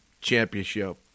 championship